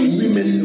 women